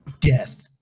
death